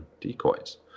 decoys